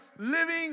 Living